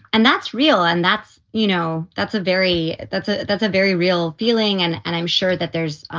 and that's real. and that's you know, that's a very that's ah that's a very real feeling. and and i'm sure that there's